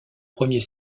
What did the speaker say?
premier